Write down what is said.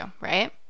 right